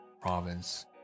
province